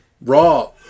Raw